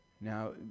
Now